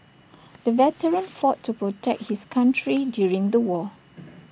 the veteran fought to protect his country during the war